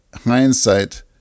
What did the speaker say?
hindsight